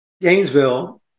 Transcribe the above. Gainesville